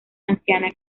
anciana